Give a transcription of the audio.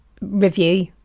review